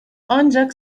ancak